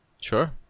sure